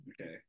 okay